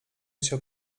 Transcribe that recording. chciał